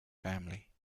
family